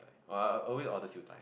no I I'll always order siew dai it's like